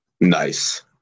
Nice